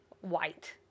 white